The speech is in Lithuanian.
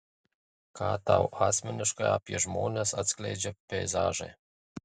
ką tau asmeniškai apie žmones atskleidžia peizažai